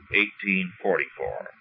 1844